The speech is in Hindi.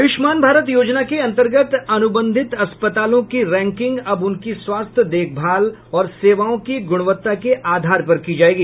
आयूष्मान भारत योजना के अंतर्गत अन्रबंधित अस्पतालों की रैकिंग अब उनकी स्वास्थ्य देखभाल और सेवाओं की गुणवत्ता के आधार पर की जायेगी